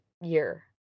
year